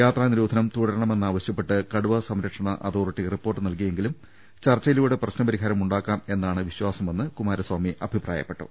യാത്രാനിരോധനം തുടരണമെന്നാവശ്യപ്പെട്ട് കടുവ സംര ക്ഷണ അതോറിറ്റി റിപ്പോർട്ട് നൽകിയെങ്കിലും ചർച്ച യിലൂടെ പ്രശ്നപരിഹാരമുണ്ടാക്കാം എന്നാണ് വിശ്വാ സമെന്ന് കുമാരസ്ഥാമി അഭിപ്രായപ്പെട്ടു